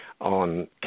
on